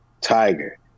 Tiger